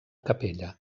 capella